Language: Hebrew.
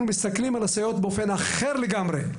אנחנו מסתכלים על הסייעות באופן אחר לגמרי,